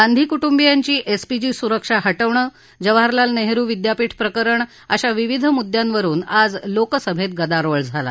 गांधी कुटुंबियांची एसपीजी सुरक्षा हटवणं जवाहरलाल नेहरु विद्यापीठ प्रकरण अशा विविध मुद्यांवरुन आज लोकसभेत गदारोळ झाला